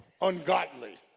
ungodly